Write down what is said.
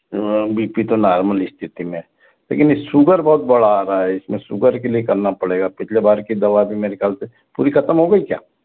B P तो normal स्थिति में है लेकिन यह शुगर बहुत बढ़ा आ रहा है इसमें शुगर के लिए करना पड़ेगा पिछले बार की भी दवा भी मेरे ख्याल से पूरी खत्म हो गई क्या